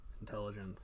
intelligence